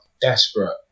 desperate